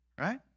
Right